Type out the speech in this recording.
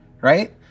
right